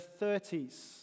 30s